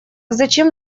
зачем